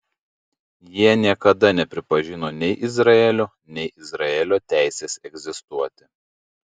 jie niekada nepripažino nei izraelio nei izraelio teisės egzistuoti